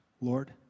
Lord